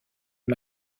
des